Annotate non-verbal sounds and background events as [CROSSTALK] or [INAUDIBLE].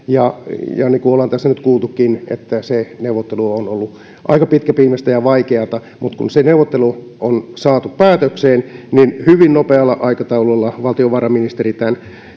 [UNINTELLIGIBLE] ja niin kuin ollaan tässä nyt kuultukin se neuvottelu on ollut aika pitkäpiimäistä ja vaikeata mutta kun se neuvottelu on saatu päätökseen niin hyvin nopealla aikataululla valtiovarainministeri tämän